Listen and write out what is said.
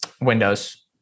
windows